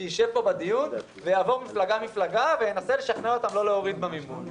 שיישב פה בדיון ויעבור מפלגה-מפלגה וינסה לשכנע אותם לא להוריד במימון.